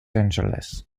angeles